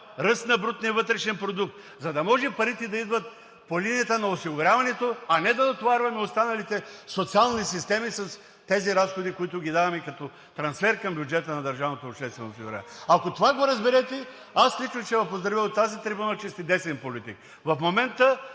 ръст на брутния вътрешен продукт, за да може парите да идват по линията на осигуряването, а не да натоварваме останалите социални системи с тези разходи, които ги даваме като трансфер към бюджета на държавното обществено осигуряване. Ако това го разберете, аз лично ще Ви поздравя от тази трибуна, че сте десен политик. В момента